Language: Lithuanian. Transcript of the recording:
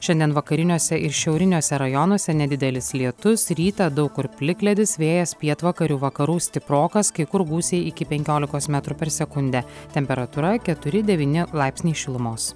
šiandien vakariniuose ir šiauriniuose rajonuose nedidelis lietus rytą daug kur plikledis vėjas pietvakarių vakarų stiprokas kai kur gūsiai iki penkiolikos metrų per sekundę temperatūra keturi devyni laipsniai šilumos